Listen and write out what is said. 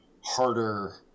harder